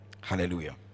Hallelujah